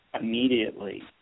immediately